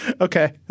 Okay